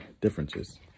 differences